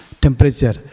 temperature